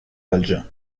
valjean